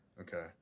Okay